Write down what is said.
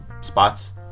spots